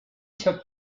took